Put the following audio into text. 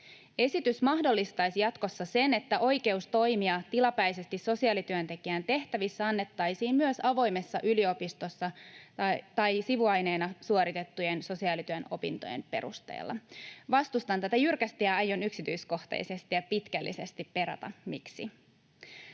Esitys mahdollistaisi jatkossa sen, että oikeus toimia tilapäisesti sosiaalityöntekijän tehtävissä annettaisiin myös avoimessa yliopistossa tai sivuaineena suoritettujen sosiaalityön opintojen perusteella. Vastustan tätä jyrkästi, ja aion yksityiskohtaisesti ja pitkällisesti perata, miksi.